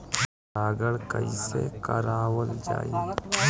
परागण कइसे करावल जाई?